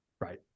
right